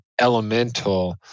elemental